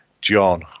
John